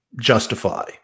justify